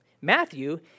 Matthew